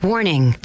Warning